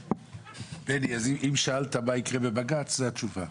בני, אם שאלת מה יקרה בבג"ץ זאת התשובה.